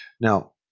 Now